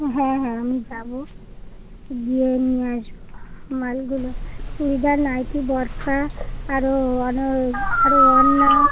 হ্যাঁ হ্যাঁ আমি যাবো গিয়ে নিয়ে আসবো মালগুলো চুড়িদার নাইটি বুরখা আরো অনো আরো অন্য